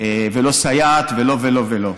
ולא סייעת ולא ולא ולא.